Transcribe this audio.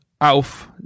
auf